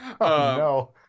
no